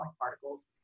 particles